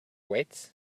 weights